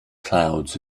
clouds